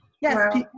Yes